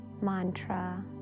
Mantra